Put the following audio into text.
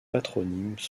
patronymes